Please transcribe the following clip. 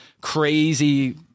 crazy